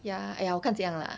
ya !aiya! 我看怎样 lah